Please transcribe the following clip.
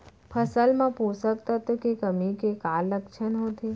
फसल मा पोसक तत्व के कमी के का लक्षण होथे?